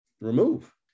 remove